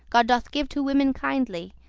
god doth give to women kindly,